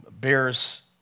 bears